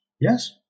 Yes